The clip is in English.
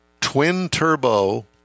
twin-turbo